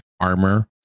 armor